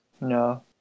No